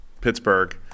Pittsburgh